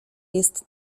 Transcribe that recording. jest